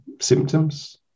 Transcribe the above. symptoms